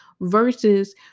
versus